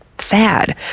sad